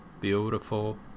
beautiful